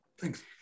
Thanks